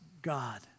God